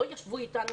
לא ישבו אתנו,